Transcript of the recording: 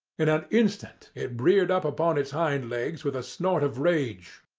in an instant it reared up upon its hind legs with a snort of rage,